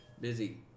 busy